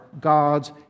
God's